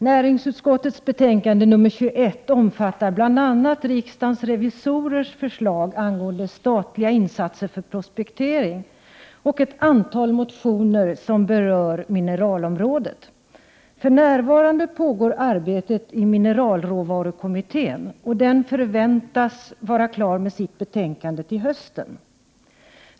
Herr talman! Detta betänkande omfattar bl.a. riksdagens revisorers förslag angående statliga insatser för prospektering och ett antal motioner som berör mineralområdet. För närvarande pågår arbetet i mineralråvarukommittén. Den förväntas vara klar med sitt betänkande till hösten.